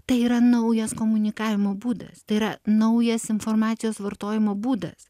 tai yra naujas komunikavimo būdas tai yra naujas informacijos vartojimo būdas